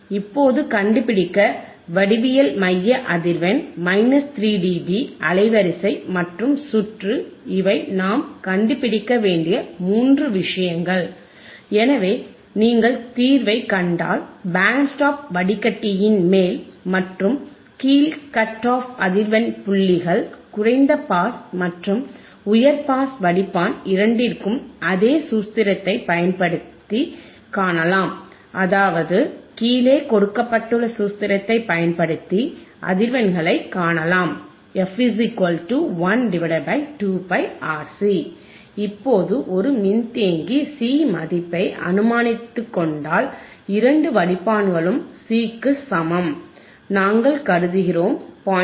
இப்போது கண்டுபிடிக்க வடிவியல் மைய அதிர்வெண் 3 டி பி அலைவரிசை மற்றும் சுற்று இவை நாம் கண்டுபிடிக்க வேண்டிய மூன்று விஷயங்கள் எனவே நீங்கள் தீர்வைக் கண்டால் பேண்ட் ஸ்டாப் வடிகட்டியின் மேல் மற்றும் கீழ் கட் ஆஃப் அதிர்வெண் புள்ளிகள் குறைந்த பாஸ் மற்றும் உயர் பாஸ் வடிப்பான் இரண்டிற்கும் அதே சூத்திரத்தைப் பயன்படுத்தி காணலாம் அதாவது கீழே கொடுக்கப்பட்டுள்ள சூத்திரத்தைப் பயன்படுத்தி அதிர்வெண்ணைக் காணலாம் f12πRC இப்போது ஒரு மின்தேக்கி சி மதிப்பைக் அனுமானித்துக்கொண்டால் இரண்டு வடிப்பான்களும் C க்கு சமம் நாங்கள் கருதுகிறோம் 0